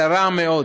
אלא רע מאוד,